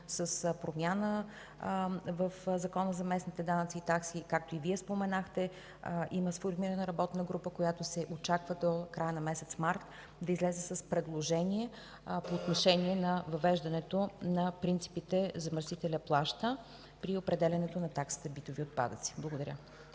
с промяна в Закона за местните данъци и такси, както и Вие споменахте, има сформирана работна група, която се очаква до края на месец март да излезе с предложение по отношение на въвеждането на принципа „Замърсителят плаща” при определянето на таксите „Битови отпадъци”. Благодаря.